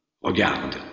Regarde